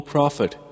Prophet